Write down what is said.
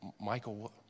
Michael